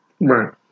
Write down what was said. right